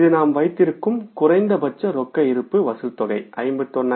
இது நாம் வைத்திருக்கும் குறைந்தபட்ச ரொக்க இருப்பு வசூல் தொகை 51500